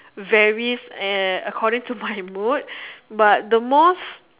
varies and according to my mood but the most